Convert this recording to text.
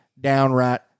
downright